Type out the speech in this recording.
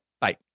Bye